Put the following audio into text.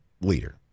leader